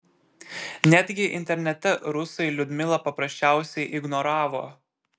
netgi internete rusai liudmilą paprasčiausiai ignoravo